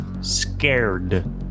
scared